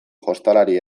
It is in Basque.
jostalari